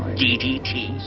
ddt.